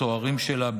בסוהרים שלה,